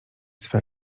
swe